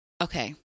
Okay